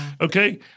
Okay